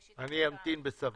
אני אמתין בסבלנות.